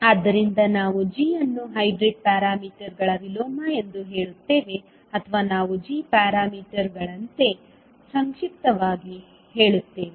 ಆದ್ದರಿಂದ ನಾವು g ಅನ್ನು ಹೈಬ್ರಿಡ್ ಪ್ಯಾರಾಮೀಟರ್ಗಳ ವಿಲೋಮ ಎಂದು ಹೇಳುತ್ತೇವೆ ಅಥವಾ ನಾವು g ಪ್ಯಾರಾಮೀಟರ್ಗಳಂತೆ ಸಂಕ್ಷಿಪ್ತವಾಗಿ ಹೇಳುತ್ತೇವೆ